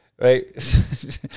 Right